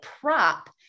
prop